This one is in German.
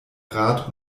rat